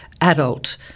adult